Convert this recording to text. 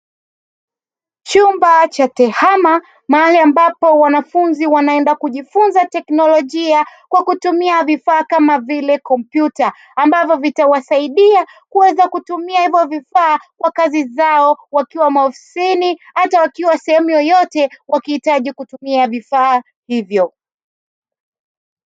Chumba cha tehama mahali ambapo wanafunzi wanaenda kujifunza teknolojia kwa kutumia vifaa kama vile kompyuta ambavyo vitawasaidia kuweza kutumia hivo vifaa kwa kazi zao wakiwa maofisini hata wakiwa sehemu yoyote wakihitaji kutumia vifaa hivyo.